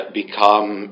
become